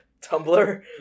Tumblr